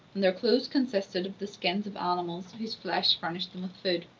and their clothes consisted of the skins of animals, whose flesh furnished them with food.